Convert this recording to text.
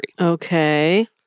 Okay